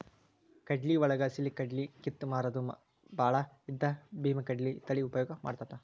ಕಡ್ಲಿವಳಗ ಹಸಿಕಡ್ಲಿ ಕಿತ್ತ ಮಾರುದು ಬಾಳ ಇದ್ದ ಬೇಮಾಕಡ್ಲಿ ತಳಿ ಉಪಯೋಗ ಮಾಡತಾತ